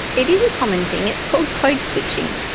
it is a common thing, it's called code switching.